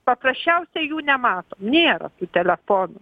paprasčiausiai jų nematom nėra telefonų